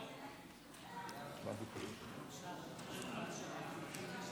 סעיפים 2 ו-3, כהצעת